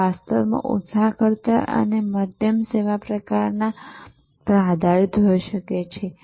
તમે વાસ્તવમાં ઓછા ખર્ચાળ અને મધ્યમ સેવાના પ્રકાર પર આધારિત હોઈ શકો છો